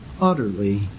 utterly